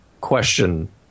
question